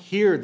here the